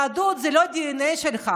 יהדות זה לא הדנ"א שלך,